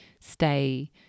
stay